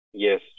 Yes